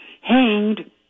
hanged